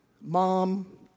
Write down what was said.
Mom